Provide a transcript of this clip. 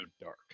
dark